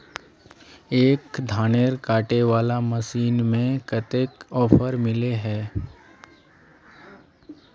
एक धानेर कांटे वाला मशीन में कते ऑफर मिले है?